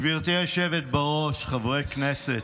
גברתי היושבת-ראש, חברי הכנסת,